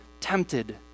tempted